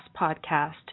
podcast